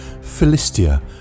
Philistia